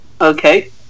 Okay